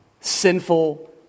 sinful